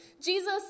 Jesus